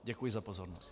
Děkuji za pozornost.